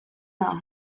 dago